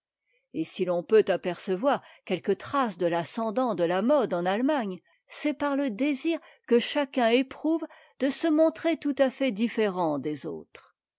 et si l'on peut apercevoir quelques traces de l'ascendant de la mode en allemagne c'est par le désir que chacun éprouve de se montrer tout à fait différent des autres